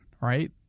right